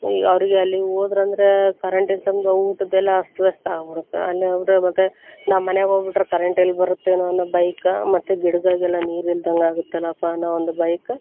ಈ ಅವರಿಗೆ ಅಲ್ಲಿ ಹೋದ್ರಂದ್ರೆ ಕರೆಂಟಿನ ಸಂಘ ಊಟದ್ದೆಲ್ಲ ಅಸ್ತವ್ಯಸ್ತ ಆಗ್ಬಿಡುತ್ತ ಅಲ್ಲಿ ಹೋಗ್ಬಿಟ್ರೆ ಮತ್ತು ನಾ ಮನೆಗೆ ಹೋಗ್ಬಿಟ್ರೆ ಕರೆಂಟ್ ಎಲ್ಲಿ ಬರುತ್ತೇನೋ ಅನ್ನೋ ಭಯಕ್ಕ ಮತ್ತು ಗಿಡ್ಗಳಿಗೆಲ್ಲ ನೀರು ಇಲ್ದಂಗೆ ಆಗುತ್ತಲ್ಲಪ್ಪ ಅನ್ನೋ ಒಂದು ಭಯಕ್ಕ